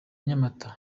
nyamata